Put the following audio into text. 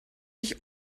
ich